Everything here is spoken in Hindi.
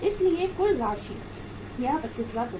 इसलिए कुल राशि यह 25000 होगी